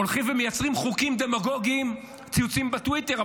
הולכים ומייצרים חוקים דמגוגיים, ציוצים בטוויטר.